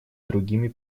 другими